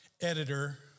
editor